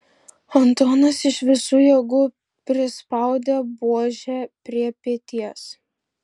antonas iš visų jėgų prispaudė buožę prie peties